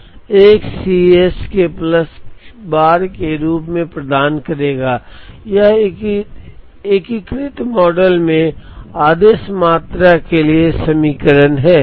अब r के संबंध में विभेद करने से हमें यह मिलेगा की इसका कोई प्रभाव नहीं है इसका भी कोई प्रभाव नहीं है इसलिए एक i C है जो यहां है iC plus dou of S bar of x by dou r into C s D by Q बराबर 0 से बराबर है